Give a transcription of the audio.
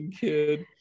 kid